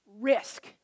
risk